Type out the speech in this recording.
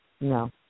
No